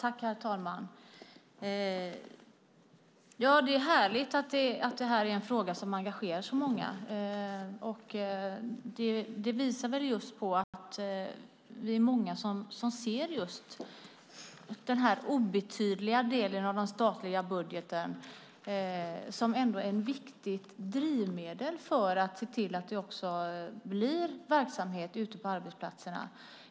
Herr talman! Det är härligt att det här är en fråga som engagerar så många. Det visar väl på att vi är många som ser just denna obetydliga del av den statliga budgeten som ett viktigt drivmedel för att se till att det blir verksamhet ute på arbetsplatserna.